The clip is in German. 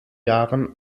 jahren